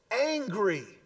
angry